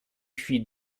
fit